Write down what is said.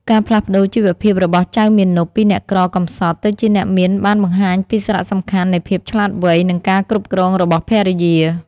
ការផ្លាស់ប្តូរជីវភាពរបស់ចៅមាណពពីអ្នកក្រកំសត់ទៅជាអ្នកមានបានបង្ហាញពីសារៈសំខាន់នៃភាពឆ្លាតវៃ និងការគ្រប់គ្រងរបស់ភរិយា។